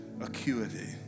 acuity